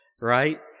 right